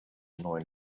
neuen